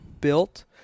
built